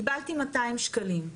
קיבלתי 200 שקלים.